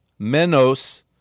menos